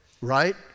right